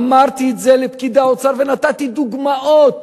אמרתי את זה לפקידי האוצר ונתתי דוגמאות.